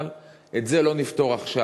אבל את זה לא נפתור עכשיו,